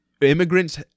immigrants